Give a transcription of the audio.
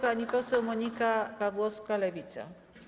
Pani poseł Monika Pawłowska, Lewica.